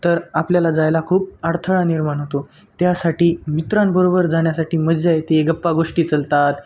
तर आपल्याला जायला खूप अडथळा निर्माण होतो त्यासाठी मित्रांबरोबर जाण्यासाठी मज्जा येते गप्पा गोष्टी चलतात